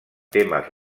temes